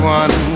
one